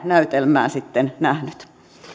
näytelmää sitten nähnyt